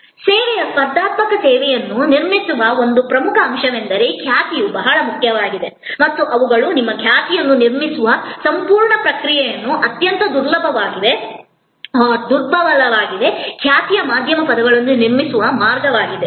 ಸೇವೆಯ ಸ್ಪರ್ಧಾತ್ಮಕ ಸೇವೆಯನ್ನು ನಿರ್ಮಿಸುವ ಒಂದು ಪ್ರಮುಖ ಅಂಶವೆಂದರೆ ಖ್ಯಾತಿಯು ಬಹಳ ಮುಖ್ಯವಾಗಿದೆ ಮತ್ತು ಅವುಗಳು ನಿಮ್ಮ ಖ್ಯಾತಿಯನ್ನು ನಿರ್ಮಿಸುವ ಸಂಪೂರ್ಣ ಪ್ರಕ್ರಿಯೆಯನ್ನು ಅತ್ಯಂತ ದುರ್ಬಲವಾಗಿರುವ ಖ್ಯಾತಿಯ ಮಾಧ್ಯಮ ಪದವನ್ನು ನಿರ್ಮಿಸುವ ಮಾರ್ಗವಾಗಿದೆ